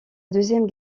deuxième